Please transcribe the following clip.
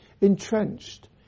entrenched